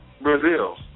Brazil